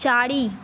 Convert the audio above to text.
चारि